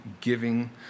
giving